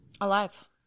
Alive